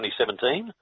2017